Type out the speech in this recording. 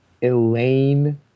Elaine